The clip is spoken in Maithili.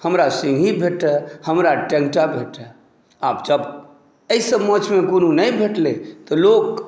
हमरा सिँही भेटय हमरा टेँटा भेटय आब जब एहिसभ माछमे कोनो नहि भेटलै तऽ लोक